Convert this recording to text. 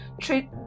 treat